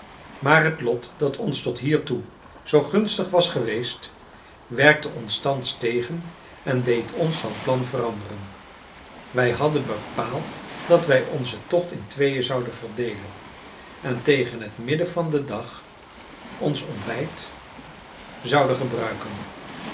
maar het lot dat ons tot hiertoe zoo gunstig was geweest werkte ons thans tegen en deed ons van plan veranderen wij hadden bepaald dat wij onzen tocht in tweeën zouden verdeelen en tegen het midden van den dag ons ontbijt zouden gebruiken